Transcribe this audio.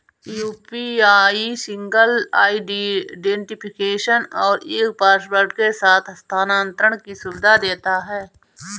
UPI single identification और एक password के साथ हस्थानांतरण की सुविधा देता है